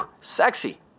sexy